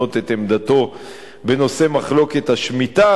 לשנות את דעתו בנושא מחלוקת השמיטה,